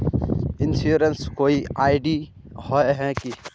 Insurance कोई ID होय है की?